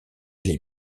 les